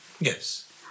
Yes